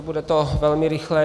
Bude to velmi rychlé.